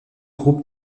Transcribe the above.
groupe